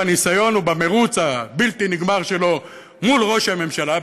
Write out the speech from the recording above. בניסיון או במרוץ הבלתי-נגמר שלו מול ראש הממשלה,